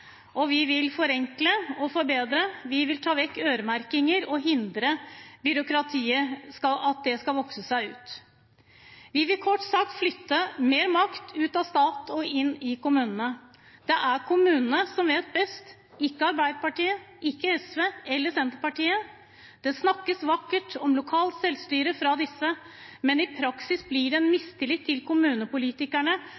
og vi vil forenkle og forbedre. Vi vil ta vekk øremerkinger og hindre at byråkratiet skal vokse. Vi vil kort sagt flytte mer makt ut av staten og inn i kommunene. Det er kommunene som vet best, ikke Arbeiderpartiet, ikke SV eller Senterpartiet. Det snakkes vakkert om lokalt selvstyre fra disse, men i praksis blir det en